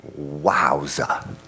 Wowza